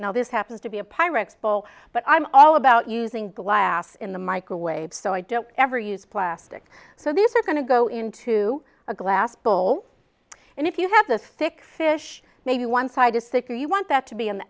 now this happens to be a pirate's ball but i'm all about using glass in the microwave so i don't ever use plastic so these are going to go into a glass bowl and if you have to fix fish maybe one side is thicker you want that to be an